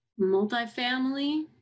multifamily